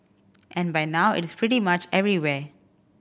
and by now it is pretty much everywhere